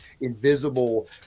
invisible